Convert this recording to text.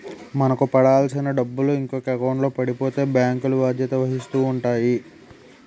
మనకు పడాల్సిన డబ్బులు ఇంకొక ఎకౌంట్లో పడిపోతే బ్యాంకులు బాధ్యత వహిస్తూ ఉంటాయి